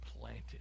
planted